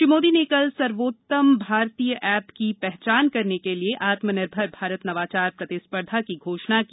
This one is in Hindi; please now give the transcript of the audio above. श्री मोदी ने कल सर्वोत्तम भारतीय ऐप की पहचान करने के लिए आत्मनिर्भर भारत नवाचार प्रतिस्पर्धा की घोषणा की